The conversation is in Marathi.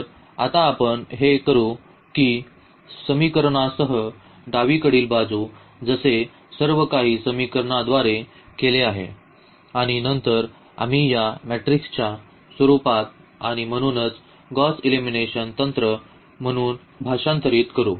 तर आता आपण हे करू की समीकरणांसह डावीकडील बाजू जसे सर्व काही समीकरणांद्वारे केले आहे आणि नंतर आम्ही या मॅट्रिक्सच्या स्वरूपात आणि म्हणूनच गौस एलिमिनेशन तंत्र म्हणून भाषांतरित करू